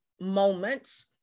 moments